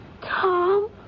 Tom